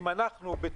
אם אנחנו,